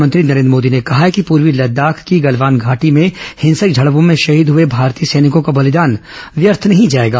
प्रधानमंत्री नरेन्द्र मोदी ने कहा है कि पूर्वी लद्दाख की गलवान घाटी में हिंसक झड़पों में शहीद हुए भारतीय सैनिकों का बलिदान व्यर्थ नहीं जाएगा